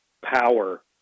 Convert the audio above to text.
power